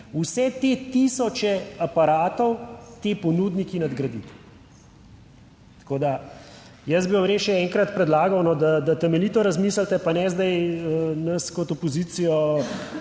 vse te tisoče aparatov ti ponudniki nadgraditi. Tako, da jaz bi vam res še enkrat predlagal, da temeljito razmislite, pa ne zdaj nas kot opozicijo